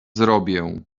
zrobię